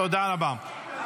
תודה רבה.